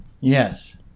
Yes